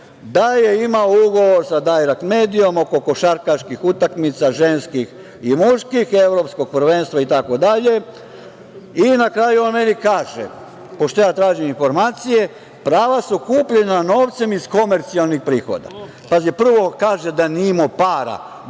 da je imao ugovor sa „Dajrekt medijom“ oko košarkaških utakmica, ženskih i muških, evropskog prvenstva i tako dalje. I na kraju on meni kaže, pošto ja tražim informacije: „Prava su kupljena novcem iz komercijalnih prihoda“.Pazi, prvo kaže da nije imao